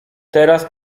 teraz